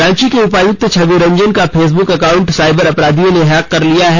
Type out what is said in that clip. रांची के उपायुक्त छवि रंजन का फेसबुक अकाउंट साईबर अपराधियों ने हैक कर लिया है